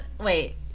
Wait